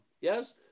Yes